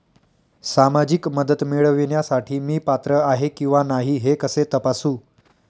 सामाजिक मदत मिळविण्यासाठी मी पात्र आहे किंवा नाही हे कसे तपासू?